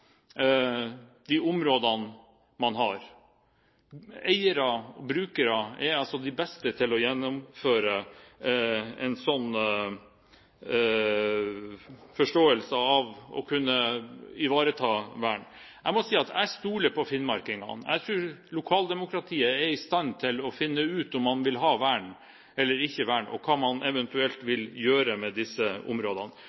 de områdene man har. Eiere og brukere er altså de beste til å forstå og ivareta vern. Jeg må si at jeg stoler på finnmarkingene. Jeg tror at lokaldemokratiet er i stand til å finne ut om man vil ha vern eller ikke ha vern, og hva man eventuelt